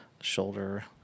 shoulder